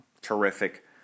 terrific